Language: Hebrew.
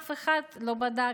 אף אחד לא בדק.